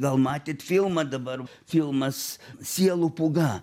gal matėt filmą dabar filmas sielų pūga